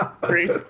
great